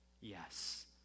Yes